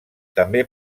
també